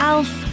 Alf